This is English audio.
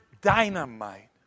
dynamite